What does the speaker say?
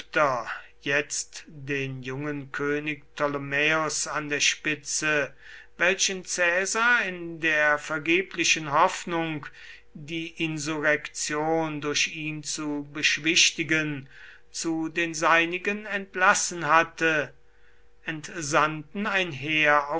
jetzt den jungen könig ptolemaeos an der spitze welchen caesar in der vergeblichen hoffnung die insurrektion durch ihn zu beschwichtigen zu den seinigen entlassen hatte entsandten ein heer